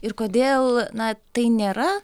ir kodėl na tai nėra